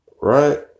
right